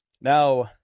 Now